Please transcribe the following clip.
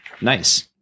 Nice